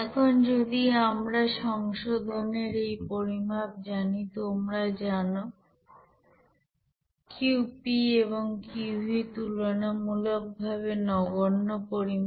এখন যদি আমরা সংশোধনের এই পরিমাপ জানি তোমরা জানো Qp এবং Qv তুলনামূলকভাবে নগণ্য পরিমাপ